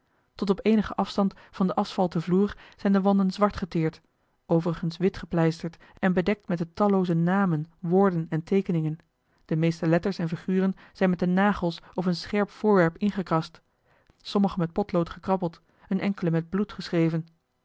tot op eenigen afstand van den asphalten vloer zijn de wanden zwart geteerd overigens wit gepleisterd en bedekt met de tallooze namen eli heimans willem roda woorden en teekeningen de meeste letters en figuren zijn met de nagels of een scherp voorwerp ingekrast sommige met potlood gekrabbeld een enkele met bloed geschreven